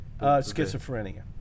Schizophrenia